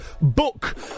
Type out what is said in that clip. Book